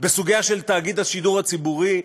בסוגיה של תאגיד השידור הציבורי,